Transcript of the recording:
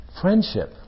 Friendship